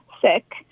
sick